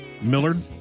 Millard